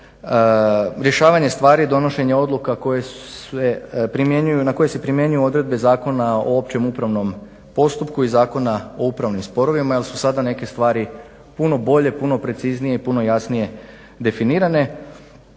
rješavanje stvari, donošenje odluka na koje se primjenjuju odredbe Zakona o općem upravnom postupku i Zakona o upravnim sporovima jer su sada neke stvari puno bolje, puno preciznije i puno jasnije definirane,